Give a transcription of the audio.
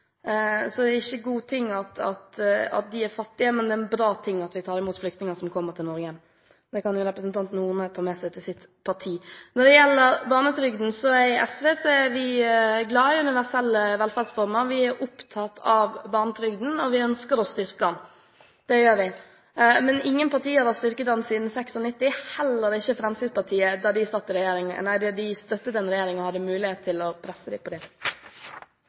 Det er ikke en god ting at de er fattige, men det er en bra ting at vi tar imot flyktninger som kommer til Norge. Det kan representanten Horne ta med seg til sitt parti. Når det gjelder barnetrygden og SV, er vi glad i universelle velferdsformer. Vi er opptatt av barnetrygden, og vi ønsker å styrke den – det gjør vi. Men ingen partier har styrket den siden 1996 – heller ikke Fremskrittspartiet da de støttet en regjering og hadde mulighet til å presse den på det.